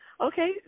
Okay